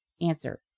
Answer